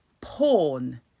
porn